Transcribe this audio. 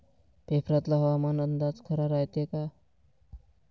पेपरातला हवामान अंदाज खरा रायते का?